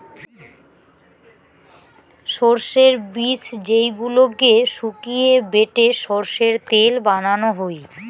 সরষের বীজ যেইগুলোকে শুকিয়ে বেটে সরষের তেল বানানো হই